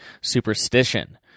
superstition